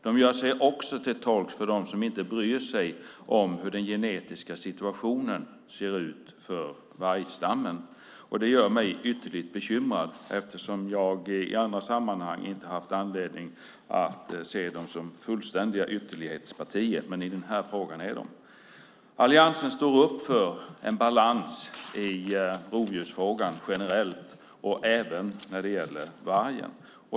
De gör sig också till tolk för dem som inte bryr sig om hur den genetiska situationen ser ut för vargstammen. Det gör mig ytterligt bekymrad eftersom jag i andra sammanhang inte har haft anledning att se dem som fullständiga ytterlighetspartier. Men i denna fråga är de det. Alliansen står upp för en balans i rovdjursfrågan generellt och även när det gäller vargen.